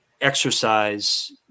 exercise